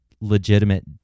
legitimate